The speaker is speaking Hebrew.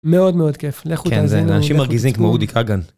מאוד מאוד כיף לכו תאזינו לאנשים מרגיזים כמו אודי כגן